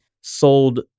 sold